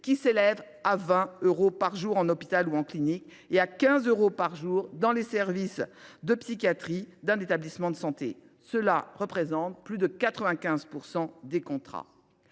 qui s’élève à 20 euros par jour en hôpital ou en clinique et à 15 euros par jour dans le service de psychiatrie d’un établissement de santé, ce qui représente plus de 95 % des contrats.